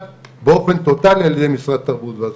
באופן טוטאלי על ידי משרד התרבות והספורט.